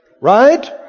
Right